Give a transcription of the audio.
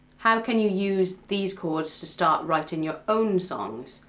how can you use these chords to start writing your own songs?